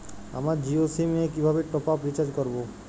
আমার জিও সিম এ কিভাবে টপ আপ রিচার্জ করবো?